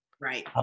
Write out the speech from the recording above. Right